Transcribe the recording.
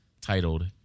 titled